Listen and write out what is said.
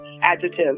adjective